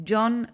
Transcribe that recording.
John